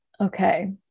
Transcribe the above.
okay